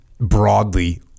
broadly